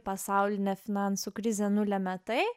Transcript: pasaulinė finansų krizė nulemia tai